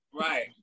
Right